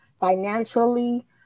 financially